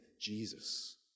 Jesus